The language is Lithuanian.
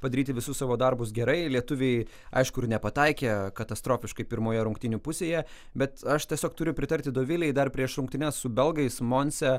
padaryti visus savo darbus gerai lietuviai aišku ir nepataikė katastrofiškai pirmoje rungtynių pusėje bet aš tiesiog turiu pritarti dovilei dar prieš rungtynes su belgais monse